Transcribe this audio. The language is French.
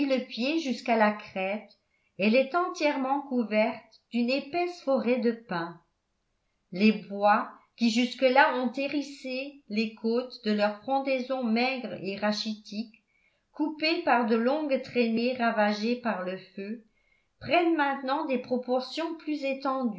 le pied jusqu'à la crête elle est entièrement couverte d'une épaisse forêt de pins les bois qui jusque-là ont hérissé les côtes de leur frondaison maigre et rachitique coupée par de longues traînées ravagées par le feu prennent maintenant des proportions plus étendues